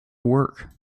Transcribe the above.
work